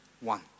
one